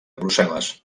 brussel·les